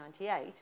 1998